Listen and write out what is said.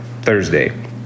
Thursday